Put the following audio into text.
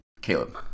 caleb